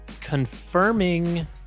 confirming